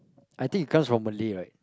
I think it comes from Malay right